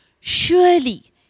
Surely